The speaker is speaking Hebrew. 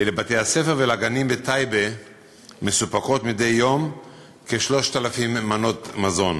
לבתי-הספר ולגנים בטייבה מסופקות מדי יום כ-3,000 מנות מזון